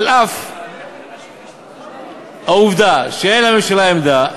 על אף העובדה שאין לממשלה עמדה,